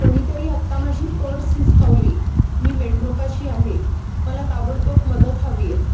कोणीतरी आत माझी पर्स हिसकावली मी मेट्रोपाशी आहे मला ताबडतोब मदत हवी आहे